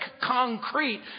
concrete